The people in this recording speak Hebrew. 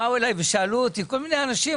באו אליי ושאלו אותי כל מיני אנשים,